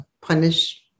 punish